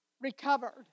recovered